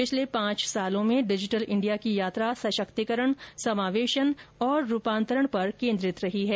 पिछले पांच वर्षो में डिजिटल इंडिया की यात्रा सशक्तीकरण समावेशन और रूपांतरण पर केंद्रित रही है